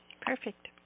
Perfect